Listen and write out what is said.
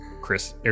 Chris